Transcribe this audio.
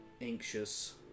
anxious